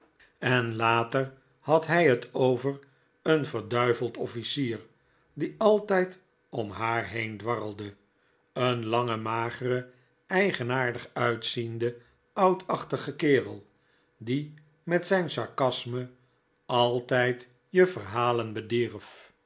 en later had hij het over een verd officier die altijd om haar heen dwarrelde een langen mageren eigenaardig uitzienden oudachtigen kerel die met zijn sarcasme altijd je verhalen bedierf